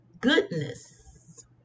goodness